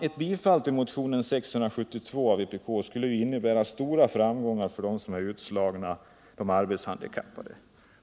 Ett bifall till motionen 672 av vpk skulle innebära stora framgångar för de utslagna och arbetshandikappade.